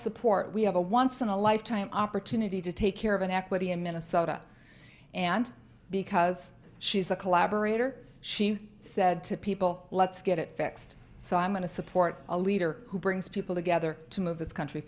support we have a once in a lifetime opportunity to take care of an equity in minnesota and because she's a collaborator she said to people let's get it fixed so i'm going to support a leader who brings people together to move this country